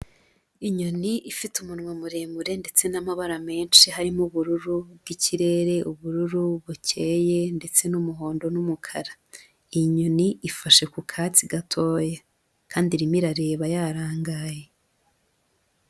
Inyoni ifite umunwa muremure ndetse n'amabara menshi harimo ubururu bw'ikirere, ubururu bukeye ndetse n'umuhondo n'umukara, iyi nyoni ifashe ku katsi gatoya kandi irimo irareba yarangaye.